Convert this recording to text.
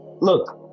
look